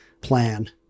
plan